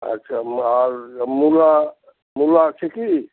আচ্ছা আর মুলা মুলা আছে কি